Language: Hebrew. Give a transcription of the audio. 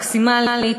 מקסימלית,